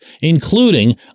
including